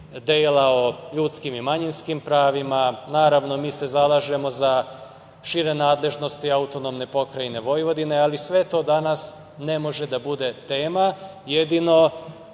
o ljudskim i manjinskim pravima. Naravno, mi se zalažemo za šire nadležnosti AP Vojvodine, ali sve to danas ne može da bude tema. Jedino,